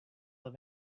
live